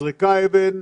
נזרקה אבן,